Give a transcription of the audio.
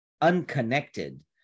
unconnected